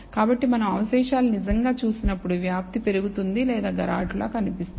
కాబట్టి మనం అవశేషాలు నిజంగా చూసినప్పుడు వ్యాప్తి పెరుగుతుంది లేదా గరాటులా కనిపిస్తుంది